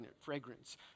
fragrance